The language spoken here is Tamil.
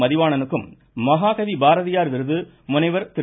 மதிவாணனுக்கும் மகாகவி பாரதியார் விருது முனைவர் திரு